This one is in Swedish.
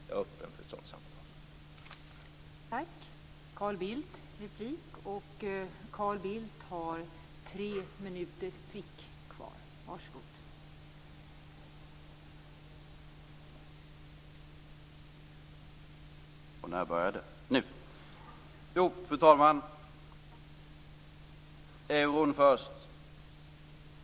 Jag är öppen för ett sådant samtal.